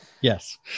Yes